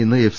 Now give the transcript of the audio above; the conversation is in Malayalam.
ഇന്ന് എഫ്